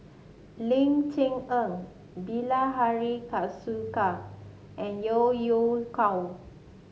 Ling Cher Eng Bilahari Kausikan and Yeo Yeow Kwang